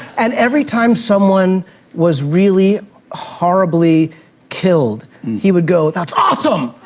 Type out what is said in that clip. and every time someone was really horribly killed, he would go, that's awesome.